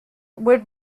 would